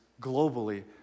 globally